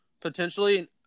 Potentially